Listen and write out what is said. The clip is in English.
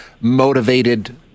motivated